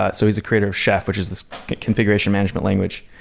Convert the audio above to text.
ah so he's the creator of chef, which is this configuration management language.